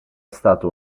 stato